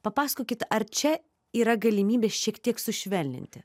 papasakokit ar čia yra galimybė šiek tiek sušvelninti